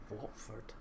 Watford